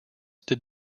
did